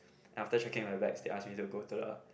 and after checking my bags they asked me to go to the